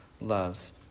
love